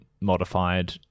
modified